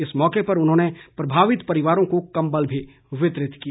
इस मौके पर उन्होंने प्रभावित परिवारों को कम्बल भी वितरित किए